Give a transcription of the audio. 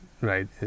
Right